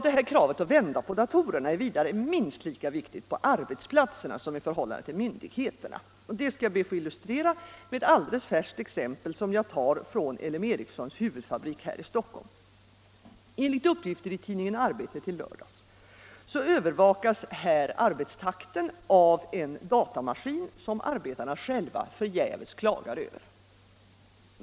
Det här kravet — att vända på datorerna — är minst lika viktigt på arbetsplatserna som i förhållandet till myndigheterna. Det skall jag be att få illustrera med ett alldeles färskt exempel från L M Ericssons huvudfabrik här i Stockholm. Enligt uppgifter i tidningen Arbetet i lördags övervakas här arbetstakten av en datamaskin, som arbetarna själva förgäves klagar över.